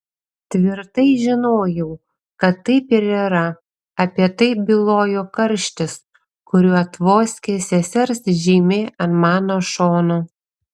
tvirtai žinojau kad taip ir yra apie tai bylojo karštis kuriuo tvoskė sesers žymė ant mano šono